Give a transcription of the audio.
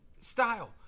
style